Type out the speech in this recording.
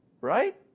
Right